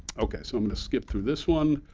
okay, so i'm going to skip through this one.